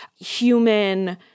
human